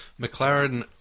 McLaren